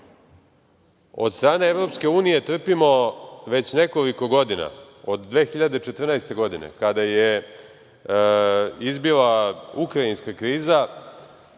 strane EU trpimo već nekoliko godina, od 2014. godine kada je izbila ukrajinska kriza,